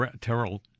Terrell